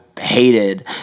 hated